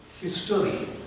History